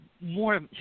more